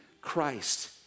Christ